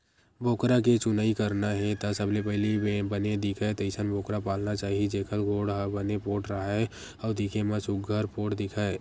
बोकरा के चुनई करना हे त सबले पहिली बने दिखय तइसन बोकरा पालना चाही जेखर गोड़ ह बने पोठ राहय अउ दिखे म सुग्घर पोठ दिखय